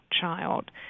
child